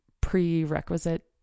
prerequisite